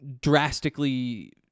drastically